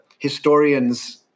historians